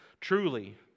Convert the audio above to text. Truly